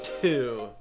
two